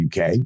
UK